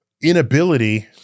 inability